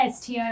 STO